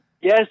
yes